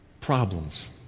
problems